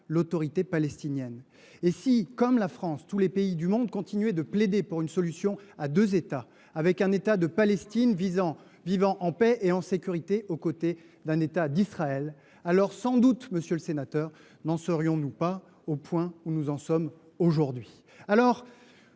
l’Autorité palestinienne ; et si, comme la France, tous les pays du monde continuaient de plaider pour une solution à deux États, un État de Palestine vivant en paix et en sécurité aux côtés d’un État d’Israël, alors sans doute, monsieur le sénateur, n’en serions nous pas au point où nous en sommes. Vous